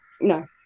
no